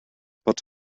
put